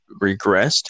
regressed